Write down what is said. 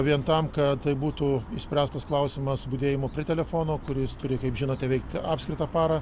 vien tam kad tai būtų išspręstas klausimas budėjimo prie telefono kuris turi kaip žinote veikt apskritą parą